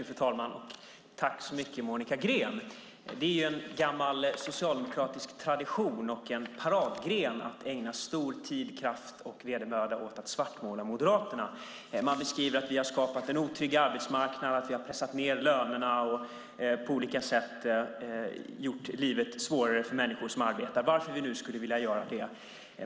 Fru talman! Tack så mycket, Monica Green! Det är en gammal socialdemokratisk tradition och en paradgren att ägna stor kraft, tid och vedermöda åt att svartmåla Moderaterna. Man beskriver att vi moderater har skapat en otrygghet i arbetsmarknaden, att vi har pressat ned lönerna och på olika sätt gjort livet svårare för människor som arbetar. Varför vi nu skulle vilja göra det!